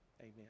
amen